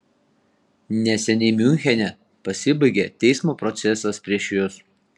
neseniai miunchene pasibaigė teismo procesas prieš jus